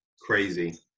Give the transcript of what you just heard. crazy